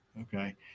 Okay